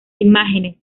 imágenes